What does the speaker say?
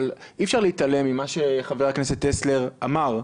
אבל אי אפשר להתעלם ממה שחבר הכנסת טסלר אמר,